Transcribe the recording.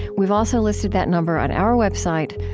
we've also listed that number on our website,